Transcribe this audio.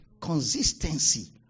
consistency